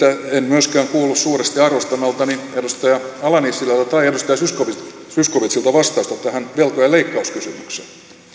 myöskään kuullut suuresti arvostamaltani edustaja ala nissilältä tai edustaja zyskowiczilta vastausta tähän velkojen leikkauskysymykseen